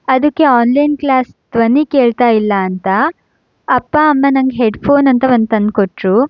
ಅದಕ್ಕೆ online class ಧ್ವನಿ ಕೇಳ್ತಾ ಇಲ್ಲ ಅಂತ ಅಪ್ಪ ಅಮ್ಮ ನನಗೆ ಹೆಡ್ಫೋನ್ ಅಂತ ಒಂದು ತಂದ್ಕೊಟ್ರು